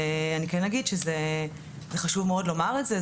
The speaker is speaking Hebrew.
ואני כן אגיד שזה חשוב מאוד לומר את זה,